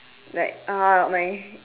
like uh my